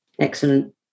Excellent